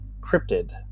cryptid